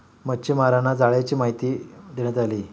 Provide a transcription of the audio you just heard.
मच्छीमारांना जाळ्यांची माहिती देण्यात आली